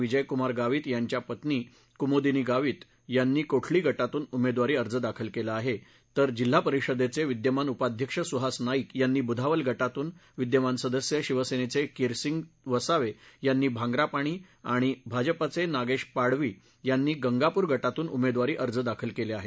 विजयक्र्मार गावित यांच्या पत्नी कुमोदीनी गावित यांनी कोठली गटातून उमेदवारी अर्ज दाखल केला आहे तर जिल्हा परिषदेचे विद्यमान उपाध्यक्ष सुहास नाईक यांनी बुधावल गटातुन विद्यमान सदस्य शिवसेनेचे किरसिंग वसावे यांनी भांग्रापाणी आणि भाजपाचे नागेश पाडवी यांनी गंगापूर गटातून उमेदवारी अर्ज दाखल केले आहेत